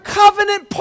covenant